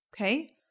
Okay